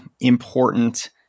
important